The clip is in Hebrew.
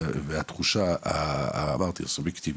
והתחושה הסובייקטיבית,